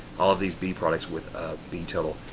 all of these b products with a b total,